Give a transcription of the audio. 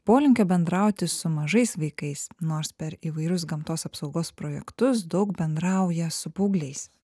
polinkio bendrauti su mažais vaikais nors per įvairius gamtos apsaugos projektus daug bendrauja su paaugliais